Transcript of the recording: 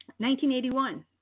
1981